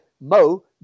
Mo